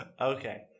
Okay